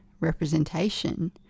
representation